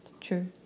true